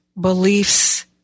beliefs